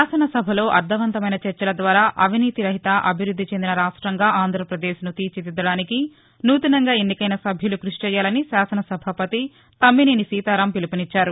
శాసనసభలో అర్లవంతమైన చర్చలద్వారా అవినీతి రహిత అభివృద్ది చెందిన రాష్టంగా ఆంధ్రపదేశ్ను తీర్చిదిద్దదానికి నూతనంగా ఎన్నికైన సభ్యులు కృషి చేయాలని శాసనసభాపతి తమ్మినేని సీతారాం పిలుపునిచ్ఛారు